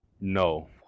No